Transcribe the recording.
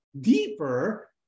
deeper